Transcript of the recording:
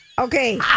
Okay